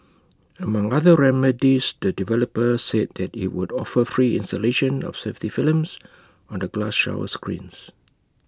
among other remedies the developer said that IT would offer free installation of safety films on the glass shower screens